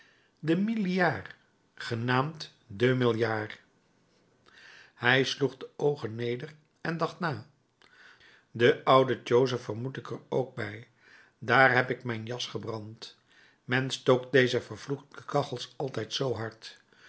de gebaarde demi liard genaamd deux milliards hij sloeg de oogen neder en dacht na den ouden chose vermoed ik er ook bij daar heb ik mijn jas gebrand men stookt deze vervloekte kachels altijd zoo hard